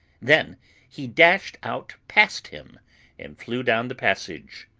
then he dashed out past him and flew down the passage.